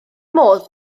modd